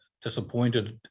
disappointed